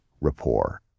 Rapport